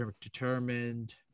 determined